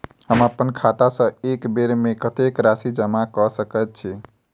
हम अप्पन खाता सँ एक बेर मे कत्तेक राशि जमा कऽ सकैत छी?